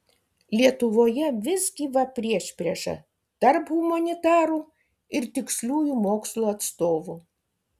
lietuvoje vis gyva priešprieša tarp humanitarų ir tiksliųjų mokslų atstovų